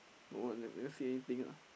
what do you see anything ah